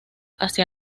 hacia